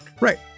Right